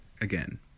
Again